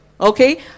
Okay